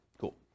Cool